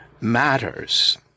matters